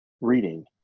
reading